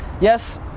yes